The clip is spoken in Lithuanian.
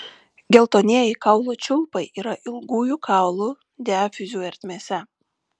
geltonieji kaulų čiulpai yra ilgųjų kaulų diafizių ertmėse